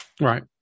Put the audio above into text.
Right